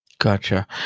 Gotcha